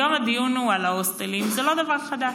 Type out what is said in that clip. היום הדיון הוא על ההוסטלים, וזה לא דבר חדש.